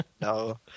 No